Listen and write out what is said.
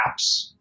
apps